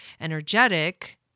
energetic